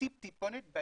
מה